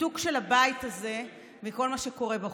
ניתוק של הבית הזה מכל מה שקורה בחוץ.